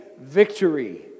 victory